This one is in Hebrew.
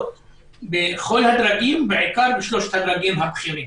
בכל הדרגים ובעיקר בשלושת הדרגים הבכירים.